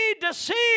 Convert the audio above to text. deceived